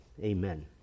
Amen